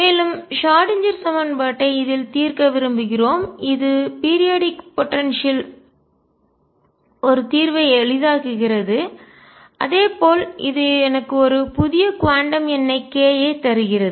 மேலும் ஷ்ராடின்ஜெர் சமன்பாட்டை இதில் தீர்க்க விரும்புகிறோம் இது பீரியாடிக் போடன்சியல் குறிப்பிட்ட கால இடைவெளி ஆற்றல் ஒரு தீர்வை எளிதாக்குகிறது அதே போல் இது எனக்கு ஒரு புதிய குவாண்டம் எண்ணை k ஐ தருகிறது